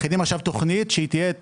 מכינים עכשיו תוכנית שהיא תהיה,